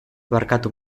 barkatu